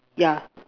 yeah